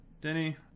Denny